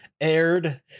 aired